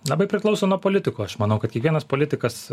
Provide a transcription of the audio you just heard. labai priklauso nuo politikų aš manau kad kiekvienas politikas